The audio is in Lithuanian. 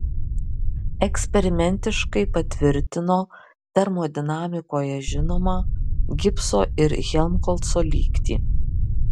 eksperimentiškai patvirtino termodinamikoje žinomą gibso ir helmholco lygtį